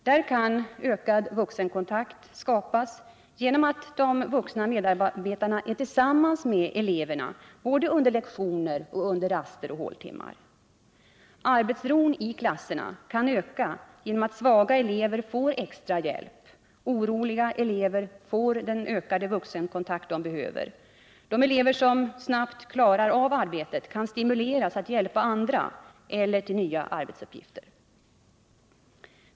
Där kan ökad vuxenkontakt skapas genom att de vuxna medarbetarna är tillsammans med eleverna både under lektioner och under raster och håltimmar. Arbetsron i klasserna kan öka genom att svaga elever får extra hjälp, oroliga elever får den ökade vuxenkontakt de behöver och de elever som snabbt klarar av arbetet kan stimuleras att hjälpa andra eller till nya arbetsuppgifter.